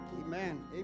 amen